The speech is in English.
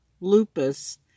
lupus